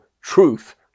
truth